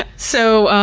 ah so,